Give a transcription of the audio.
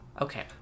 okay